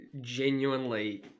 genuinely